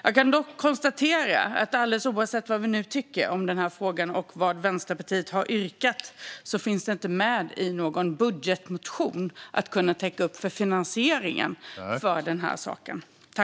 Jag kan dock konstatera att alldeles oavsett vad vi nu tycker om den här frågan och vad Vänsterpartiet har yrkat så finns det inte medel i någon budgetmotion för att täcka finansieringen av detta.